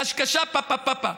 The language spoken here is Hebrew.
קשקשה פה-פה-פה-פה,